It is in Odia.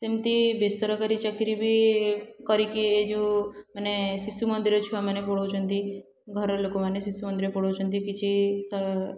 ସେମିତି ବେସରକାରୀ ଚାକିରି ବି କରିକି ଏ ଯେଉଁ ମାନେ ଶିଶୁମନ୍ଦିରରେ ଛୁଆମାନେ ପଢ଼ାଉଛନ୍ତି ଘର ଲୋକୋମାନେ ଶିଶୁମନ୍ଦିରରେ ପଢ଼ାଉଛନ୍ତି କିଛି ସ